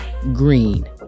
green